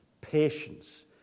Patience